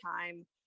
time